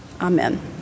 amen